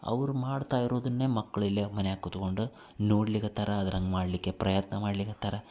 ಅವ್ರು ಮಾಡ್ತಾ ಇರೋದನ್ನೇ ಮಕ್ಳು ಇಲ್ಲಿ ಮನ್ಯಾಗ ಕುತ್ಕೊಂಡು ನೋಡಲಿಕತ್ತಾರ ಅದ್ರಂಗೆ ಮಾಡಲಿಕ್ಕೆ ಪ್ರಯತ್ನ ಮಾಡಲಿಕತ್ತಾರ